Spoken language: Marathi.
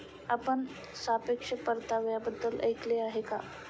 आपण सापेक्ष परताव्याबद्दल ऐकले आहे का?